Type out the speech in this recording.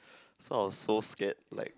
so I was so scared like